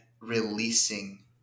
releasing